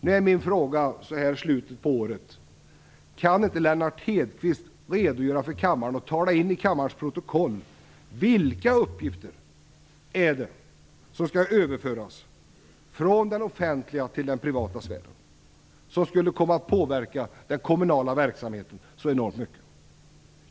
Nu är min fråga så här i slutet av året: Kan inte Lennart Hedquist redogöra för kammaren och få in det i kammarens protokoll vilka uppgifter det är som skall överföras från den offentliga sfären till den privata som skulle komma att påverka den kommunala verksamheten så enormt mycket?